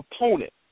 opponent